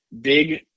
big